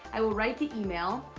i will write the email.